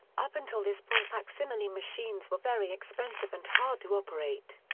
up until this point facsimile machines were very expensive and hard to operate.